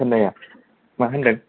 होननाया मा होन्दों